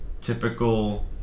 typical